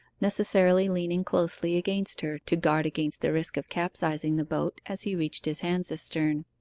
necessarily leaning closely against her, to guard against the risk of capsizing the boat as he reached his hands astern.